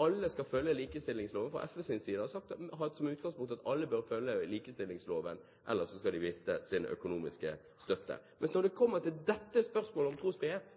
alle skal følge likestillingsloven, for SV har som utgangspunkt at alle bør følge likestillingsloven, ellers skal de miste sin økonomiske støtte. Men når det kommer til spørsmålet om trosfrihet,